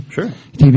Sure